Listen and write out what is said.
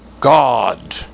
God